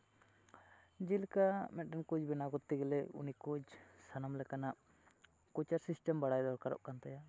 ᱡᱮᱞᱮᱠᱟ ᱢᱤᱫᱴᱮᱱ ᱠᱳᱪ ᱵᱮᱱᱟᱣ ᱠᱚᱨᱛᱮ ᱜᱮᱞᱮ ᱩᱱᱤ ᱠᱳᱪ ᱥᱟᱱᱟᱢ ᱞᱮᱠᱟᱱᱟᱜ ᱠᱳᱪᱟᱨ ᱥᱤᱥᱴᱮᱢ ᱵᱟᱲᱟᱭ ᱫᱚᱨᱠᱟᱨᱚᱜ ᱠᱟᱱ ᱛᱟᱭᱟ